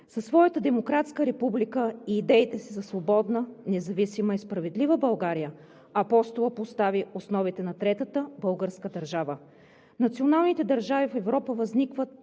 Със своята демократска република и идеите си за свободна, независима и справедлива България Апостола постави основите на третата българска държава. Националните държави в Европа възникват